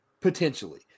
potentially